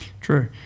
True